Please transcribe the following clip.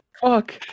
fuck